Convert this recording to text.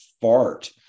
fart